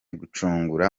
gucungura